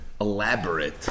elaborate